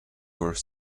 were